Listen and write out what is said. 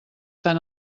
tan